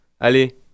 allez